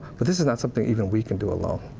but this is not something even we can do alone.